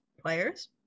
players